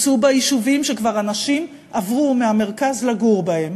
הוצאו בה יישובים שכבר אנשים עברו מהמרכז לגור בהם,